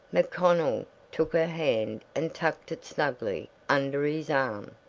macconnell took her hand and tucked it snugly under his arm.